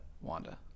Wanda